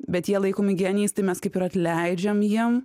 bet jie laikomi genijais tai mes kaip ir atleidžiam jiem